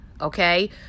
okay